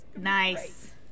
Nice